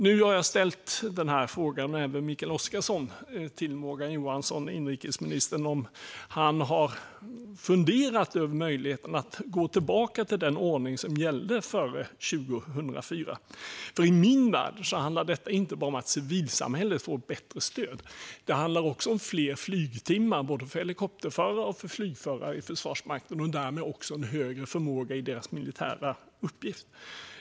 Jag har ställt frågan tillsammans med Mikael Oscarsson till inrikesminister Morgan Johansson om han har funderat över möjligheten att gå tillbaka till den ordning som gällde före 2004. I min värld handlar detta inte bara om att civilsamhället får bättre stöd, utan det handlar också om fler flygtimmar för både helikopterförare och flygförare i Försvarsmakten och därmed också en högre förmåga i deras militära uppgift.